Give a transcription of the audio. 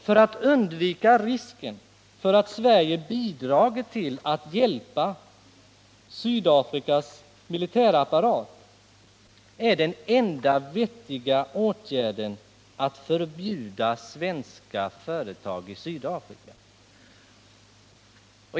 För att undvika risken av att Sverige bidrar till att hjälpa Sydafrikas militärapparat är den enda vettiga åtgärden att förbjuda svenska företag i Sydafrika.